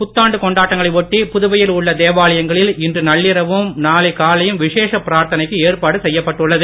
புத்தாண்டு கொண்டாட்டங்களை ஒட்டி புதுவையில் உள்ள தேவாலயங்களில் இன்று நள்ளிரவும் நாளை காலையும் விசேஷ பிராத்தனைக்கு ஏற்பாடு செய்யப்பட்டுள்ளது